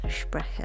Sprecher